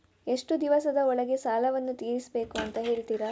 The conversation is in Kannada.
ಎಷ್ಟು ದಿವಸದ ಒಳಗೆ ಸಾಲವನ್ನು ತೀರಿಸ್ಬೇಕು ಅಂತ ಹೇಳ್ತಿರಾ?